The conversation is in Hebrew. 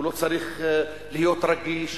הוא לא צריך להיות רגיש,